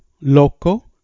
loco